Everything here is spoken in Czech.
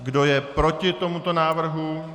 Kdo je proti tomuto návrhu?